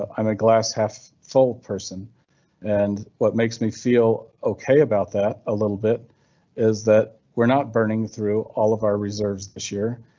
um i'm a glass half. person and what makes me feel ok about that. a little bit is that we're not burning through all of our reserves this year,